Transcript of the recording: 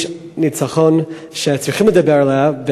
יש ניצחון שצריכים לדבר עליו,